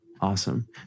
Awesome